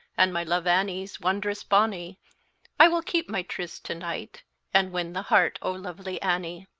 and my love annie's wondrous bonny i will keep my tryst to-night, and win the heart o' lovely annie.